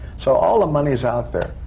so all the money's out there.